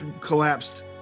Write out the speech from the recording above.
collapsed